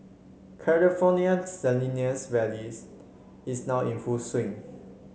California Salinas Valleys is now in full swing